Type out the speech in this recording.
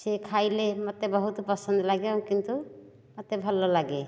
ସେ ଖାଇଲେ ମୋତେ ବହୁତ ପସନ୍ଦ ଲାଗେ ଆଉ କିନ୍ତୁ ମୋତେ ଭଲ ଲାଗେ